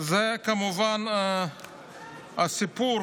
הוא כמובן הסיפור